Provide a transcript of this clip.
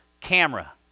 camera